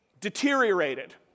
deteriorated